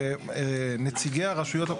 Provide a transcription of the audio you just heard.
זה נציגי הרשויות,